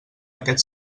aquest